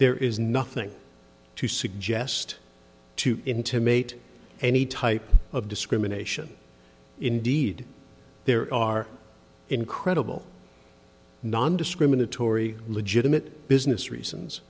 there is nothing to suggest to intimate any type of discrimination indeed there are incredible nondiscriminatory legitimate business reasons